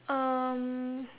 um